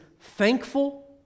thankful